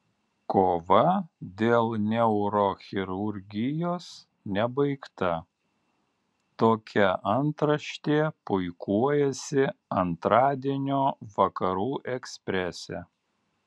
kova dėl neurochirurgijos nebaigta tokia antraštė puikuojasi antradienio vakarų eksprese